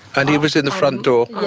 and he was in the front door.